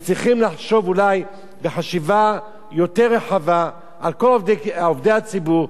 וצריכים לחשוב אולי בחשיבה יותר רחבה על כל עובדי הציבור,